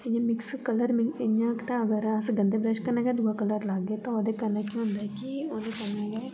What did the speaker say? इयां mix colour इयां ते अगर अस गंदे ब्रश कन्नै गै दूआ कलर लागे तां ओह्दे कन्नै केह् होंदा ऐ कि ओह्दे कन्नै